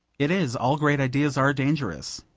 it is all great ideas are dangerous.